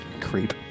Creep